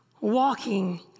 walking